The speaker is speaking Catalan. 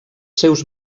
seus